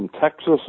Texas